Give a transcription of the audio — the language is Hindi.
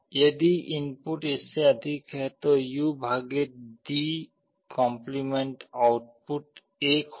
यदि इनपुट इससे अधिक है तो UD' आउटपुट 1 होगा